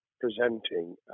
presenting